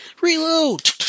Reload